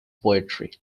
poetry